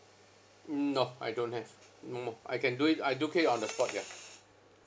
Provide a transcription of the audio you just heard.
no I don't have no more I can do it I do it on the spot ya